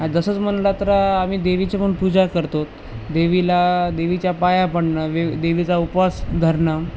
आ जसंच म्हणाला तर आम्ही देवीचीपण पूजा करतो देवीला देवीच्या पाया पडणं दे देवीचा उपवास धरणं